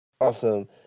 awesome